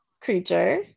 creature